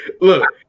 look